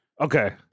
Okay